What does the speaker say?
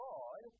God